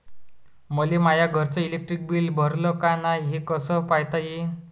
मले माया घरचं इलेक्ट्रिक बिल भरलं का नाय, हे कस पायता येईन?